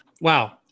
Wow